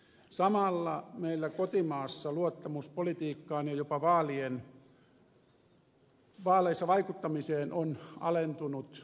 samalla meillä kotimaassa luottamus politiikkaan ja jopa vaaleissa vaikuttamiseen on alentunut huolestuttavasti